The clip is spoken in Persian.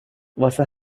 واسه